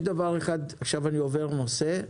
עכשיו אני עובר נושא.